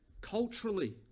culturally